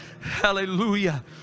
hallelujah